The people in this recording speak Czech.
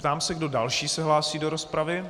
Ptám se, kdo další se hlásí do rozpravy.